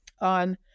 on